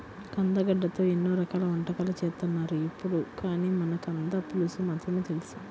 కందగడ్డతో ఎన్నో రకాల వంటకాలు చేత్తన్నారు ఇప్పుడు, కానీ మనకు కంద పులుసు మాత్రమే తెలుసు